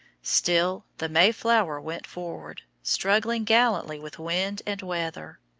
still the mayflower went forward, struggling gallantly with wind and weather.